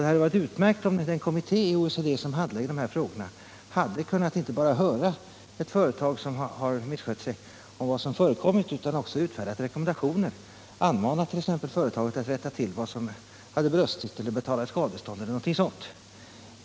Det hade varit utmärkt om den kommitté inom OECD som handlägger de här frågorna hade inte bara kunnat höra ett företag som misskött sig om vad som förekommit, utan också kunnat anmoda företaget att rätta till vad som brustit, t.ex. betala skadestånd.